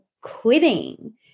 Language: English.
quitting